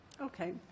Okay